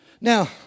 Now